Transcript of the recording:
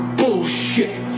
bullshit